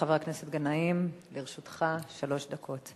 בבקשה, חבר הכנסת גנאים, לרשותך שלוש דקות.